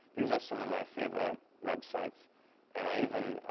these are some of my favorite websites and i even